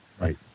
Right